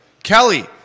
Kelly